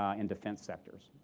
and defense sectors.